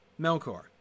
Melkor